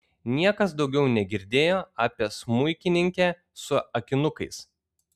niekas daugiau negirdėjo apie smuikininkę su akinukais